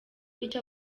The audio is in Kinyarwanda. icyo